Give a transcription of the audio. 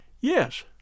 Yes